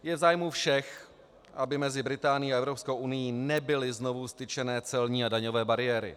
Je v zájmu všech, aby mezi Británií a Evropskou unií nebyly znovu vztyčeny celní a daňové bariéry.